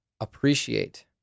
appreciate